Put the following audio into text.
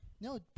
No